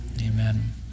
Amen